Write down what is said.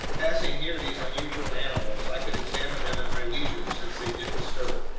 passing near these unusual animals, i could examine them at my leisure since they didn't stir.